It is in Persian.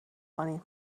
کنین